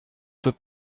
peux